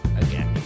again